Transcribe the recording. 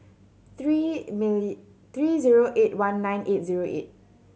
three three zero eight one nine eight zero eight